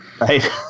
Right